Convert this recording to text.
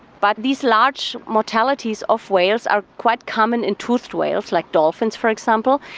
but these large mortalities of whales are quite common in toothed whales, like dolphins for example,